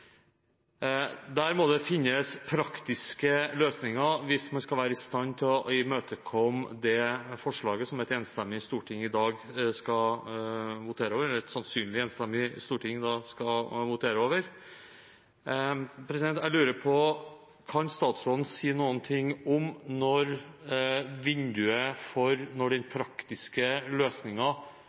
Der må det finnes praktiske løsninger hvis man skal være i stand til å imøtekomme det forslaget som et – sannsynligvis – enstemmig storting i dag skal votere over. Jeg lurer på: Kan statsråden si noe om når vinduet for den praktiske